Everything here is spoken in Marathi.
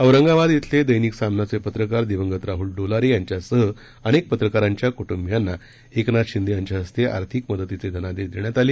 औरंगाबाद क्विले दैनिक सामनाचे पत्रकार दिवंगत राहूल डोलारे यांच्यासह अनेक पत्रकारांच्या कुट्डीयांना एकनाथ शिंदे यांच्या हस्ते आर्थिक मदतीचे धनादेश देण्यात आले